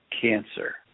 cancer